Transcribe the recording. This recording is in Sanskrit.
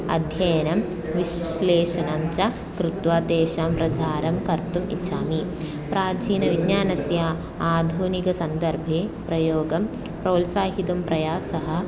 अध्ययनं विश्लेशं च कृत्वा तेषां प्रचारं कर्तुम् इच्छामि प्राचीनविज्ञानस्य आधुनिकसन्दर्भे प्रयोगं प्रोत्साहितुं प्रयासः